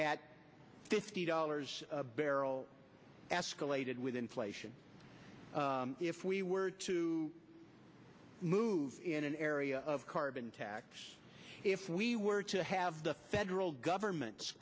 at fifty dollars a barrel escalated with inflation if we were to move in an area of carbon tax if we were to have the federal government